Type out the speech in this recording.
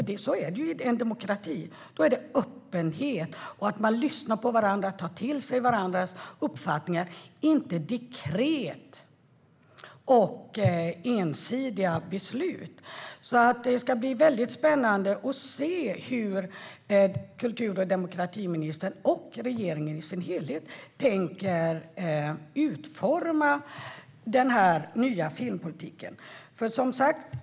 Så är det i en demokrati. Där är det öppenhet som gäller, att man lyssnar på och tar till sig varandras uppfattningar. Det ska inte vara dekret och ensidiga beslut. Det ska bli spännande att se hur kultur och demokratiministern och regeringen i sin helhet tänker utforma den nya filmpolitiken.